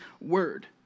word